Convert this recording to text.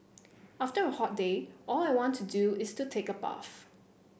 after a hot day all I want to do is the take a bath